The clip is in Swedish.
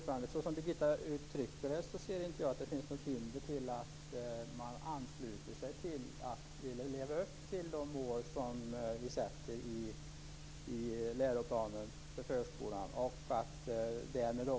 Fru talman! Vi i Centerpartiet har en reservation om detta som kommer att behandlas senare.